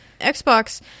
xbox